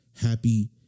happy